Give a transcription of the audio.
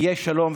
יהיה שלום,